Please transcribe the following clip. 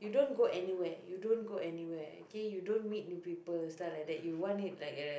you don't go anywhere you don't go anywhere okay you don't read newspapers stuff like that you want it like a